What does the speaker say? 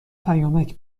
پیامک